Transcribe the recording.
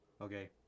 Okay